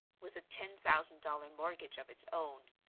with a ten-thousand dollar mortgage of its own.